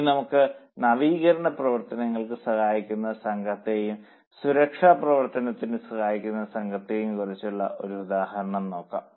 ഇനി നമുക്ക് നവീകരണ പ്രവർത്തനങ്ങൾക്ക് സഹായിക്കുന്ന സംഘത്തെയും സുരക്ഷാ പ്രവർത്തനങ്ങൾക്ക് സഹായിക്കുന്ന സംഘത്തെയും കുറിച്ചുള്ള ഒരു ഉദാഹരണം നോക്കാം